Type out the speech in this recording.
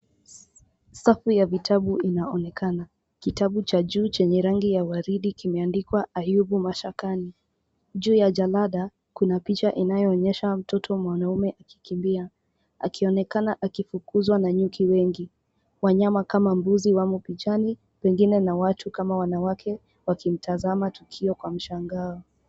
Safu ya vitabu inaonekana. Kitabu cha juu chenye rangi ya waridi kimeandikwa ayubu mashakani. Juu ya jalada kuna picha inayoonyesha mtoto mwanaume akikimbia akionekana akifukuzwa na nyuki wengi. Wanyama kama mbuzi wamo pichani wengine na watu kama wanawake wakimtazama tukio kwa mshangao.